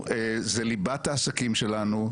זה ליבת העסקים שלנו,